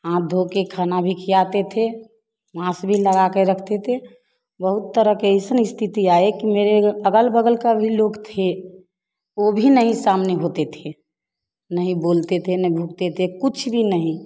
हाथ धोकर खाना भी खिलाते थे माँस भी लगाके रखते ते बहुत तरह के अइसन स्तिति आए कि मेरे अगल बगल का भी लोग थे वे भी नहीं सामने होते थे नहीं बोलते थे न भुकते थे कुछ भी नहीं